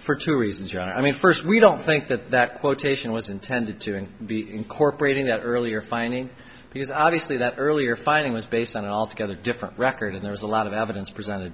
for two reasons john i mean first we don't think that that quotation was intended to be incorporating that earlier finding because obviously that earlier finding was based on an altogether different record and there was a lot of evidence presented